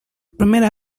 primera